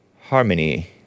Harmony